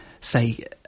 say